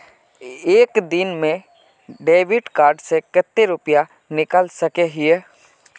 एक दिन में डेबिट कार्ड से कते रुपया निकल सके हिये?